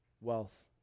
wealth